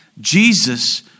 Jesus